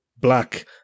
Black